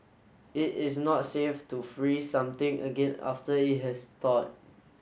it is not safe to freeze something again after it has thawed